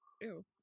Ew